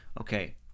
okay